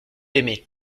aimé